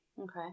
Okay